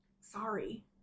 sorry